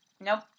Nope